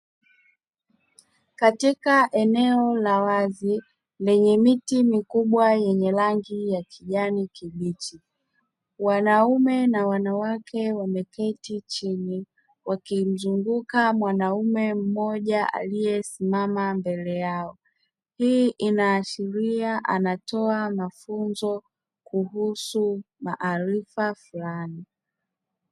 Katika eneo la wazi lenye miti mikubwa yenye rangi ya kijani kibichi, wanaume na wanawake wameketi chini wakimzunguka mwanaume mmoja aliyesimama mbele yao. Hii inaashiria anatoa mafunzo kuhusu maarifa fulani.